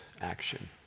action